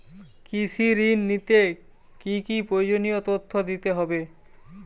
কৃষি ঋণ নিতে কি কি প্রয়োজনীয় তথ্য দিতে হবে?